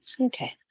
Okay